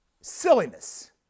Silliness